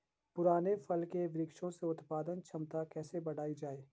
पुराने फल के वृक्षों से उत्पादन क्षमता कैसे बढ़ायी जाए?